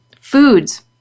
foods